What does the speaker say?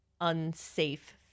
unsafe